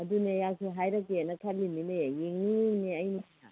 ꯑꯗꯨꯅꯦ ꯑꯩꯍꯥꯛꯁꯨ ꯍꯥꯏꯔꯛꯇꯦꯅ ꯈꯜꯂꯤꯃꯤꯅꯦ ꯌꯦꯡꯅꯤꯡꯉꯤꯃꯤꯅꯦ ꯑꯩꯅ ꯍꯦꯟꯅ